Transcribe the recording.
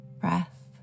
breath